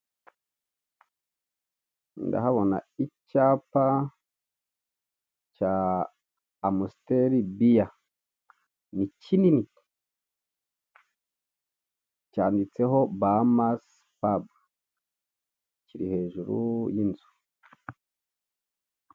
Ndahabona icyapa cya mausiteri biya, ni kinini cyanditseho bahamasipabu kiri hejuru y'inzu.